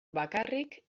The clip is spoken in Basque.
bakarrik